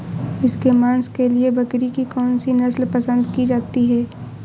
इसके मांस के लिए बकरी की कौन सी नस्ल पसंद की जाती है?